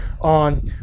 on